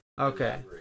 Okay